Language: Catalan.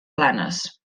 planes